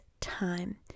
time